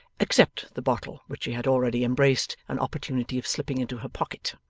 except the bottle which she had already embraced an opportunity of slipping into her pocket.